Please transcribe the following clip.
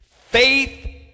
Faith